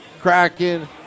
Kraken